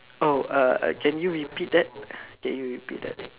oh uh can you repeat that can you repeat that